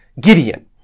Gideon